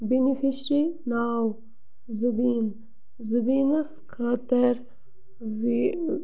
beneficiary ناو زُبیٖن زُبیٖنَس خٲطرٕ وِ